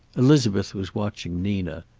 elizabeth was watching nina.